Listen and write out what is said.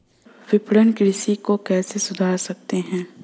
विपणन कृषि को कैसे सुधार सकते हैं?